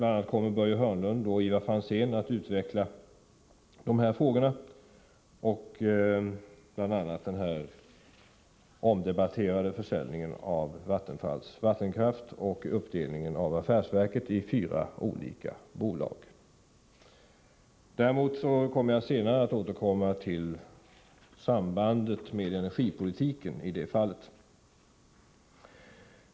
Bl.a. Börje Hörnlund och Ivar Franzén kommer senare att utveckla dessa frågor och då också det omdebatterade förslaget om försäljning av Vattenfalls vattenkraft och uppdelningen av affärsverket i fyra olika bolag. Däremot skall jag senare återkomma till sambandet mellan åtgärderna i det förslaget och energipolitiken.